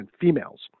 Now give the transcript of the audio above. females